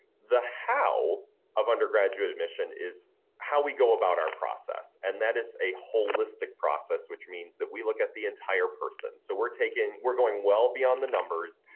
the how of undergraduate admission is how we go about our process and that is a holistic process which means that we look at the entire person. so we're taking we're going well beyond the numbers,